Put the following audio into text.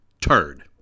turd